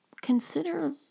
consider